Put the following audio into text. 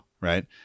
right